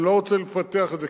אני לא רוצה לפתח את זה,